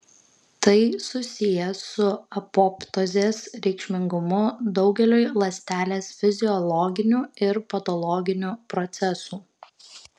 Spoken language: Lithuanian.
tai susiję su apoptozės reikšmingumu daugeliui ląstelės fiziologinių ir patologinių procesų